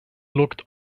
looked